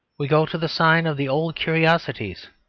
we go to the sign of the old curiosities.